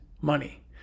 money